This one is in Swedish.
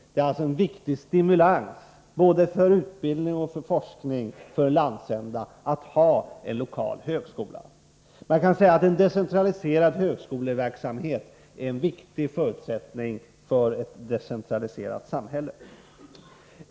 Det utgör alltså en viktig stimulans både för utbildningen och för forskningen i en landsända att ha en lokal högskola. Man kan säga att en decentraliserad högskoleverksamhet är en viktig förutsättning för ett decentraliserat samhälle.